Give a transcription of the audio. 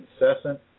incessant